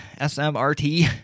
smrt